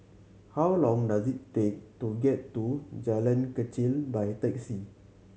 how long does it take to get to Jalan Kechil by taxi